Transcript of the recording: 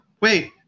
wait